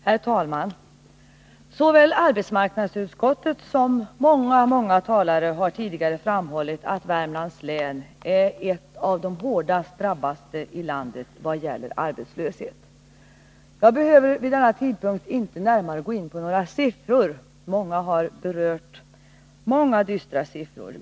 Herr talman! Såväl arbetsmarknadsutskottet som många, många talare har tidigare framhållit att Värmlands län är ett av de hårdast drabbade i landet i vad gäller arbetslösheten. Jag behöver vid denna tidpunkt inte närmare gå in på några siffror. Många har nämnt åtskilliga dystra siffror.